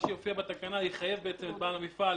מה שיופיע בתקנה יחייב את בעל המפעל